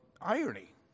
irony